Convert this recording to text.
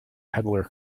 peddler